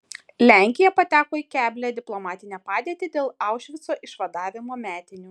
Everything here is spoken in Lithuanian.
lenkija pateko į keblią diplomatinę padėtį dėl aušvico išvadavimo metinių